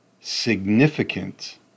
significant